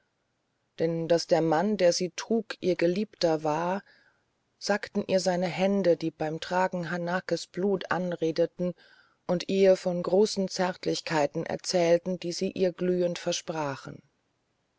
denn daß der mann der sie trug ihr geliebter war sagten ihr seine hände die beim tragen hanakes blut anredeten und ihr von großen zärtlichkeiten erzählten die sie ihr glühend versprachen